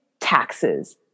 taxes